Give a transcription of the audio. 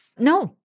No